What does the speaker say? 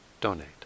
donate